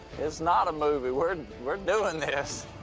it's not a movie. we're we're doing this.